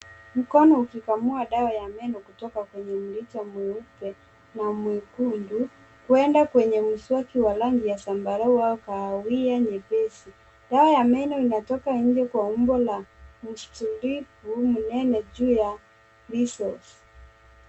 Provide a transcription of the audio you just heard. Mkono ukikamua dawa ya meno kutoka kwenye mrija mweupe na mwekundu kuenda kwenye mswaki wa rangi ya zambarau au kahawia nyepesi. Dawa ya meno inatoka nje kwa umbo la mstripu mnene juu ya lee sauce .